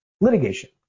litigation